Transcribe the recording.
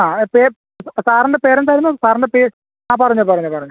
ആ സാറിൻ്റെ പേരെന്തായിരുന്നു സാറിൻ്റെ ആ പറഞ്ഞോ പറഞ്ഞോ പറഞ്ഞോ